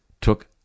took